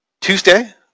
Tuesday